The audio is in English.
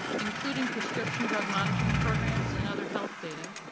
including prescription drug monitoring programs, and other health data,